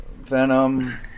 Venom